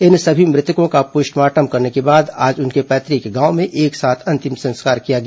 इन सभी मृतकों का पोस्टमार्टम करने के बाद आज उनके पैतृक गांव में एक साथ अंतिम संस्कार किया गया